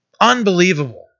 Unbelievable